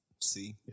See